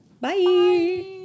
Bye